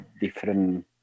different